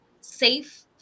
safe